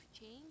change